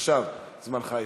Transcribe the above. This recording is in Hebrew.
עכשיו זמנך התחיל.